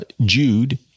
Jude